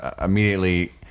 immediately